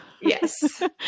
Yes